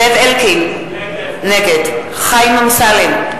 זאב אלקין, נגד חיים אמסלם,